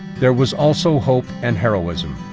there was also hope and heroism,